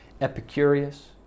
Epicurus